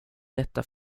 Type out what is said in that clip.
detta